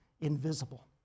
invisible